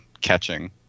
catching